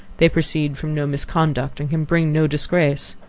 they proceed from no misconduct, and can bring no disgrace.